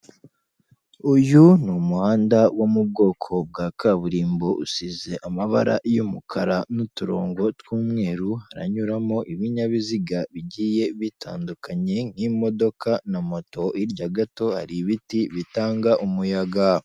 Uyu ni umuhanda wo mu bwoko bwa kaburimbo usize amabara y'umukara n'uturongo tw'umweru haranyuramo ibinyabiziga bigiye bitandukanye nk'imodoka na moto, hirya gato hari ibiti bitanga umuyaga.